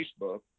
Facebook